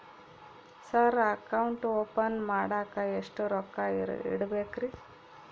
Sir account open ಮಾಡಾಕ ಎಷ್ಟು ರೊಕ್ಕ ಇಡಬೇಕ್ರಿ?